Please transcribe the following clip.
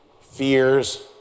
fears